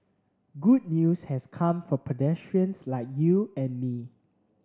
good news has come for pedestrians like you and me